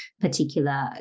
particular